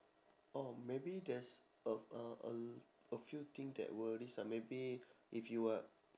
oh maybe there's a a al~ a few thing that will risk ah maybe if you are